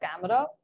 camera